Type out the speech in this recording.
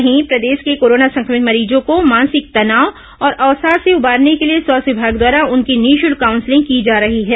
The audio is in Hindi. वहीं प्रदेश के कोरोना संक्रमित मरीजों को मानसिक तनाव और अवसाद से उबारने के लिए स्वास्थ्य विमाग द्वारा उनकी निःशुल्क काउंसलिंग की जा रही है